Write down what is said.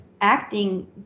acting